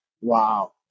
Wow